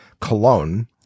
cologne